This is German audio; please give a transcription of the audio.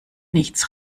nichts